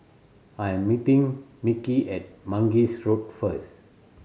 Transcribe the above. I am meeting Mickie at Mangis Road first